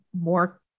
more